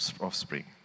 offspring